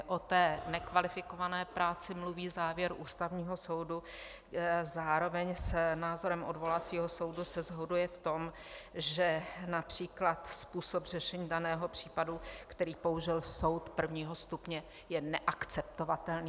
Od té nekvalifikované práci mluví závěr Ústavního soudu, zároveň s názorem odvolacího soudu se shoduje v tom, že například způsob řešení daného případu, který použil soud prvního stupně, je neakceptovatelný.